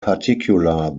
particular